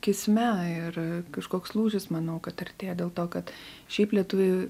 kisme ir kažkoks lūžis manau kad artėja dėl to kad šiaip lietuviai